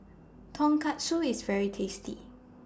Tonkatsu IS very tasty